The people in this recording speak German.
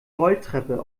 rolltreppe